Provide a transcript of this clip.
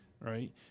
right